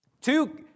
Two